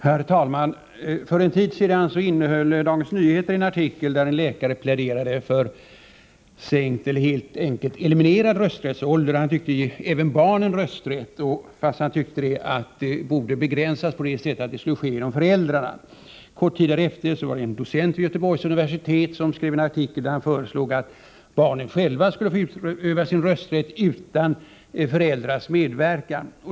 Herr talman! För en tid sedan innehöll Dagens Nyheter en artikel, där en läkare pläderade för sänkt eller helt enkelt eliminerad åldersgräns för rösträtt. Han tyckte att vi skulle ge barnen rösträtt — men att den borde begränsas på så sätt att röstningen skulle ske genom föräldrarna. En kort tid därefter var det en docent vid Göteborgs universitet som skrev en artikel, där han föreslog att barnen själva skulle få utöva sin rösträtt utan föräldrarnas medverkan.